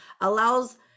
allows